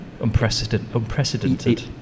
unprecedented